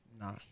Nah